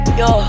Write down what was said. yo